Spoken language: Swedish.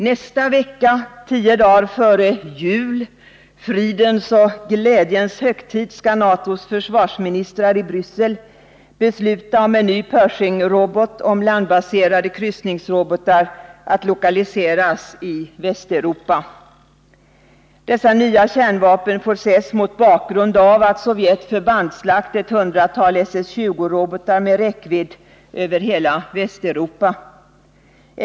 Nästa vecka — tio dagar före jul, fridens och glädjens högtid — skall NATO:s försvarsministrar i Bryssel besluta om en ny Pershingrobot och om landbaserade kryssningsrobotar att lokaliseras i Västeuropa. Dessa nya kärnvapen får ses mot bakgrund av att Sovjet förbandslagt ett hundratal SS-20-robotar med räckvidd över hela Västeuropa.